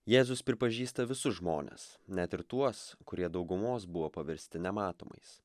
jėzus pripažįsta visus žmones net ir tuos kurie daugumos buvo paversti nematomais